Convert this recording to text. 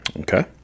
Okay